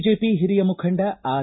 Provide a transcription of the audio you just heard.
BJP ಹಿರಿಯ ಮುಖಂಡ R